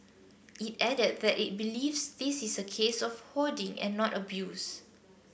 it added that it believes this is a case of hoarding and not abuse